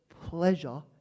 pleasure